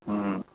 हूँ